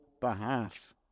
behalf